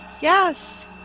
yes